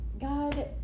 God